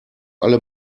alle